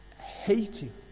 hating